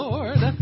Lord